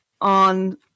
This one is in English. on